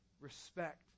respect